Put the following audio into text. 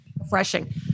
refreshing